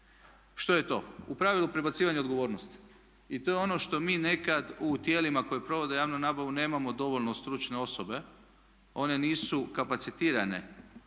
Što je to? U pravilu prebacivanje odgovornosti. I to je ono što mi nekad u tijelima koja provode javnu nabavu nemamo dovoljno stručne osobe, one nisu kapacitirane